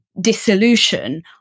dissolution